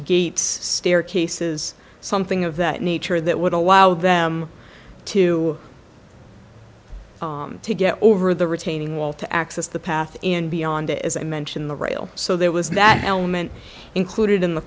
gates staircases something of that nature that would allow them to to get over the retaining wall to access the path and beyond it as i mentioned the rail so there was that element included in the